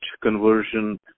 conversion